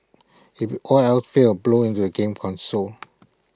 if all else fails blow into A game console